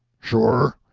sure?